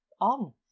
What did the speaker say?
on